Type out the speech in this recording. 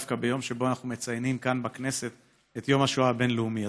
דווקא ביום שאנחנו מציינים כאן בכנסת את יום השואה הבין-לאומי.